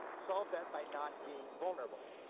solve that by not being vulnerable.